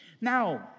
Now